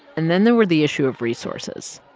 and then there were the issue of resources.